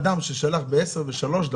ה-8.6.